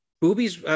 boobies